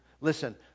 Listen